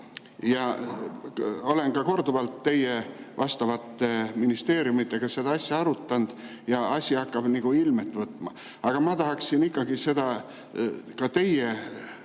Olen korduvalt teie vastavate ministeeriumidega seda asja arutanud ja asi hakkab nagu ilmet võtma. Aga ma tahaksin ikkagi seda ka teiega